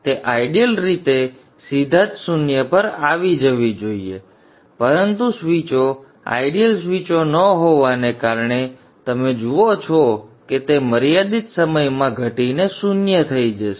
તે આઇડીઅલ રીતે સીધા જ શૂન્ય પર આવી જવી જોઈએ પરંતુ સ્વીચો આઇડીઅલ સ્વીચો ન હોવાને કારણે તમે જુઓ છો કે તે મર્યાદિત સમયમાં ઘટીને શૂન્ય થઈ જશે